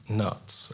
nuts